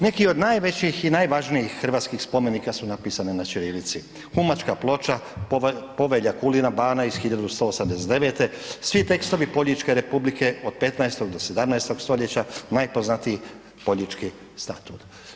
Neki od najvećih i najvažnijih hrvatskih spomenika su napisane na ćirilici, Humačka ploča, Povelja Kulina bana 1189., svi tekstovi Poljičke Republike od 15. do 17. stoljeća, najpoznatiji Poljički statut.